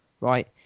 right